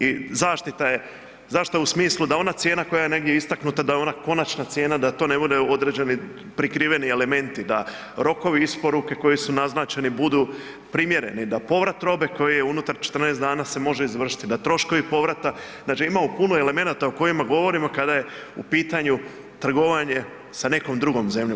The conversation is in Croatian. I zaštita je u smislu da ona cijena koja je negdje istaknuta, da je ona konačna cijena, da to ne bude određeni prikriveni elementi, da rokovi isporuke koji su naznačeni budu primjereni, da povrat robe koji je unutar 14 dana se može izvršiti, da troškovi povrata, znači imamo puno elemenata o kojima govorimo kada je u pitanju trgovanje sa nekom drugom zemlju.